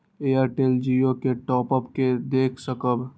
Airtel Jio के top up के देख सकब?